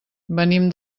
venim